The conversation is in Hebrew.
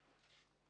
כן.